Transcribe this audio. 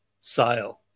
Sale